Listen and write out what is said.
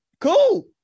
cool